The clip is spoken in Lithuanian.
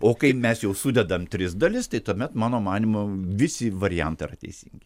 o kai mes jau sudedam tris dalis tai tuomet mano manymu visi variantai yra teisingi